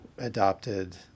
adopted